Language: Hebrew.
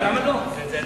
מה את מציעה?